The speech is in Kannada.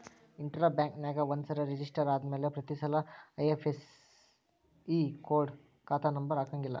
ಇಂಟ್ರಾ ಬ್ಯಾಂಕ್ನ್ಯಾಗ ಒಂದ್ಸರೆ ರೆಜಿಸ್ಟರ ಆದ್ಮ್ಯಾಲೆ ಪ್ರತಿಸಲ ಐ.ಎಫ್.ಎಸ್.ಇ ಕೊಡ ಖಾತಾ ನಂಬರ ಹಾಕಂಗಿಲ್ಲಾ